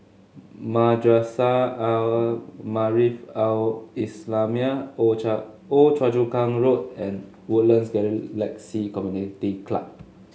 Madrasah Al Maarif Al Islamiah Old Choa Chu Kang Road and Woodlands Galaxy Community Club